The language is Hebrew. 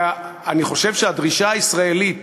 אני חושב שהדרישה הישראלית